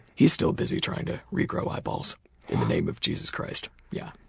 he's still busy trying to re-grow eyeballs in the name of jesus christ. yeah.